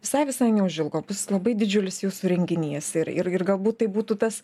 visai visai neužilgo bus labai didžiulis jūsų renginys ir ir ir galbūt tai būtų tas